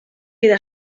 queda